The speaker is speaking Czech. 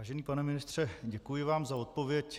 Vážený pane ministře, děkuji vám za odpověď.